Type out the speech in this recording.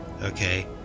Okay